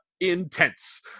intense